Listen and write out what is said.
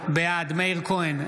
בעד מאיר כהן,